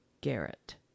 Garrett